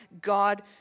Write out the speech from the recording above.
God